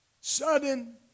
Sudden